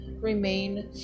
remain